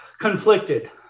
Conflicted